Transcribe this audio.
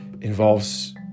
involves